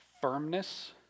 firmness